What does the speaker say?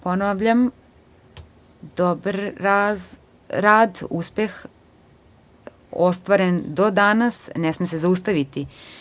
Ponavljam, dobar rad i uspeh ostvaren do danas ne sme se zaustaviti.